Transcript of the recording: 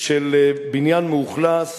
של בניין מאוכלס